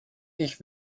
ich